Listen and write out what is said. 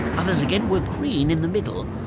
others again were green in the middle,